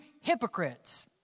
hypocrites